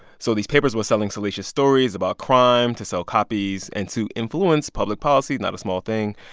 so these papers were selling salacious stories about crime to sell copies and to influence public policy not a small thing.